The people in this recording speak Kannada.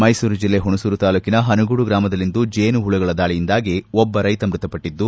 ಮೈಸೂರು ಜಿಲ್ಲೆ ಹುಣಸೂರು ತಾಲೂಕಿನ ಪನಗೂಡು ಗಾಮದಲ್ಲಿಂದು ಜೇನುಹುಳುಗಳ ದಾಳಿಯಿಂದಾಗಿ ಒಬ್ಲ ರೈತ ಮೃತಪಟ್ಟದ್ಲು